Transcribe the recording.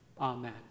Amen